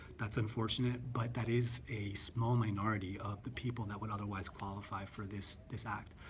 that's unfortunate but that is a small minority of the people that would otherwise qualify for this this act.